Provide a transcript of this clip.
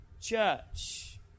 church